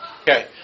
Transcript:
Okay